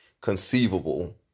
conceivable